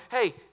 Hey